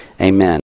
amen